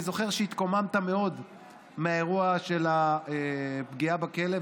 אני זוכר שהתקוממת מאוד מהאירוע של הפגיעה בכלב,